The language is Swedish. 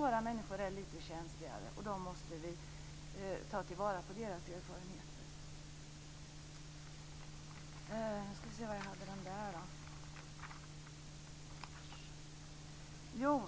Några människor är lite känsligare och man måste ta till vara deras erfarenheter. Beträffande